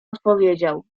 odpowiedział